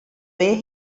way